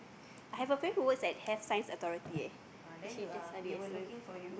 I have a friend who works at Health-Science-Authority eh she just study